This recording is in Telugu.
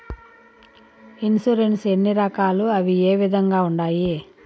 ఇన్సూరెన్సు ఎన్ని రకాలు అవి ఏ విధంగా ఉండాయి